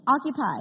occupy